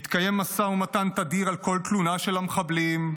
מתקיים משא ומתן תדיר על כל תלונה של המחבלים.